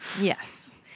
Yes